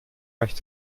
recht